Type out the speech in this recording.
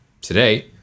Today